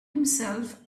himself